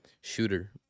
Shooter